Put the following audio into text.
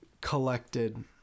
Collected